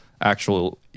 actual